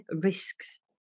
risks